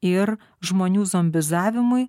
ir žmonių zombizavimui